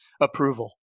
approval